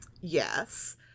Yes